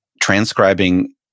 transcribing